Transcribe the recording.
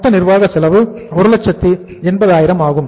மொத்த நிர்வாக செலவு 180000 ஆகும்